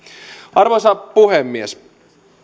arvoisa puhemies